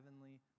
heavenly